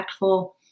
impactful